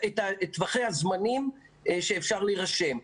את טווח הזמנים שאפשר להירשם.